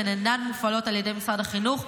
הן אינן מופעלות על ידי משרד החינוך,